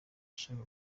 ashaka